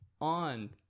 on